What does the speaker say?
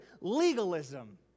legalism